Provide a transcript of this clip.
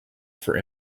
for